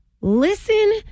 listen